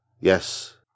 yes